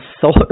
solar